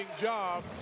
job